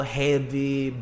heavy